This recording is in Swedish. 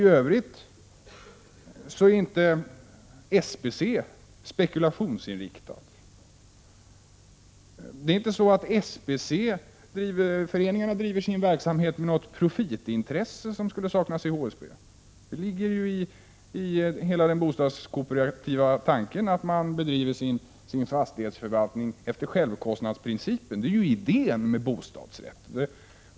I övrigt är inte Sveriges bostadsrättsföreningars centralorganisation spekulationsinriktad. Föreningarna bedriver inte sin verksamhet med något profitintresse som skulle saknas hos HSB. Det ligger i hela den bostadskooperativa tanken att man bedriver sin fastighetsförvaltning efter självkostnadsprincipen. Det är idén med bostadsrätter.